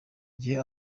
gihe